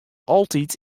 altyd